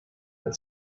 had